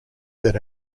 that